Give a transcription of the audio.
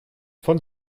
von